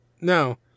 No